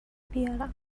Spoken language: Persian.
بیارم